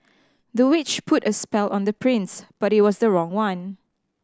the witch put a spell on the prince but it was the wrong one